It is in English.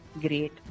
great